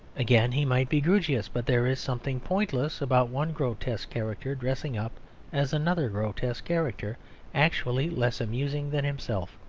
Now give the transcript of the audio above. again, he might be grewgious but there is something pointless about one grotesque character dressing up as another grotesque character actually less amusing than himself.